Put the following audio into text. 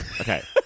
Okay